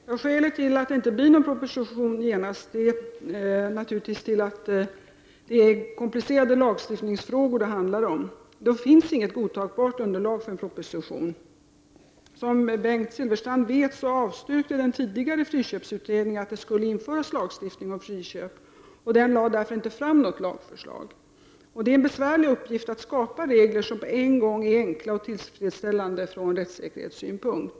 Herr talman! Skälet till att det inte läggs fram någon proposition nu är naturligtvis att det handlar om komplicerade lagstiftningsfrågor. Då finns det inget godtagbart underlag för en proposition. Som Bengt Silfverstrand vet avstyrkte den tidigare friköpsutredningen att det skulle införas lagstiftning om friköp. Därför lade denna utredning inte fram något lagförslag. Det är besvärligt att skapa regler utifrån lagar som en gång var enkla och tillfredsställande från rättssäkerhetssynpunkt.